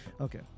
okay